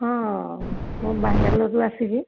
ହଁ ମୁଁ ବାଙ୍ଗାଲୋରରୁ ଆସିବି